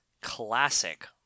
classic